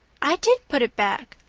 i did put it back,